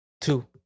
Two